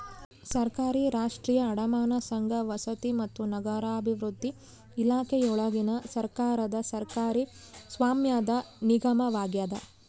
ಸರ್ಕಾರಿ ರಾಷ್ಟ್ರೀಯ ಅಡಮಾನ ಸಂಘ ವಸತಿ ಮತ್ತು ನಗರಾಭಿವೃದ್ಧಿ ಇಲಾಖೆಯೊಳಗಿನ ಸರ್ಕಾರದ ಸರ್ಕಾರಿ ಸ್ವಾಮ್ಯದ ನಿಗಮವಾಗ್ಯದ